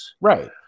Right